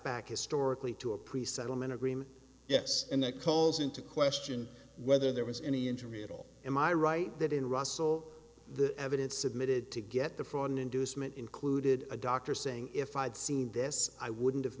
back historically to a pre settlement agreement yes and that calls into question whether there was any injury at all am i right that in russell the evidence submitted to get the fraud an inducement included a doctor saying if i'd seen this i wouldn't have